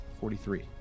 forty-three